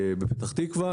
בפתח תקווה,